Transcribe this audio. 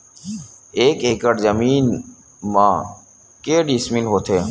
एक एकड़ जमीन मा के डिसमिल होथे?